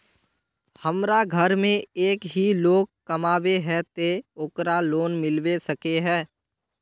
हमरा घर में एक ही लोग कमाबै है ते ओकरा लोन मिलबे सके है?